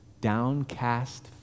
downcast